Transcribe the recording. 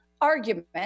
argument